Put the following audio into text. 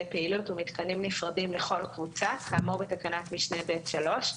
פעילות ומתקנים נפרדים לכל קבוצה כאמור בתקנת משנה (ב)(3),